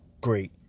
great